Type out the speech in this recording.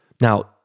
Now